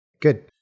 Good